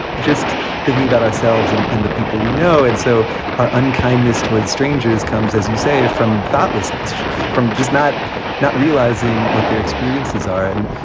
just thinking about ourselves and and the people we know. and so are unkindness toward strangers comes as you say it from thoughtlessness, from just not not realizing realizing what their experiences are. and,